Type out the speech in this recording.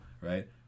right